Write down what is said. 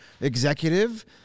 executive